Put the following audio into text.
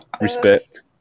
Respect